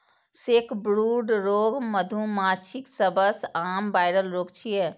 sacbrood रोग मधुमाछीक सबसं आम वायरल रोग छियै